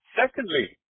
Secondly